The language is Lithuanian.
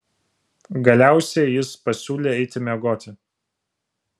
galiausiai jis pasiūlė eiti miegoti